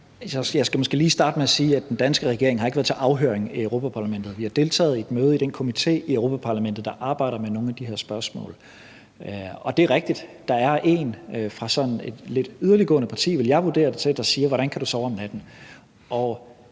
skal måske lige starte med at sige, at den danske regering ikke har været til afhøring i Europa-Parlamentet. Vi har deltaget i et møde i den komité i Europa-Parlamentet, der arbejder med nogle af de her spørgsmål. Og det er rigtigt, at der er en fra sådan et lidt yderliggående parti, vil jeg vurdere det til, der siger: Hvordan kan du sove om natten? Jeg